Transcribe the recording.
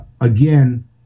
Again